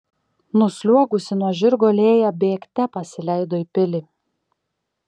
nusliuogusi nuo žirgo lėja bėgte pasileido į pilį